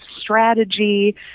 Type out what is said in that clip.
strategy